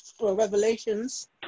Revelations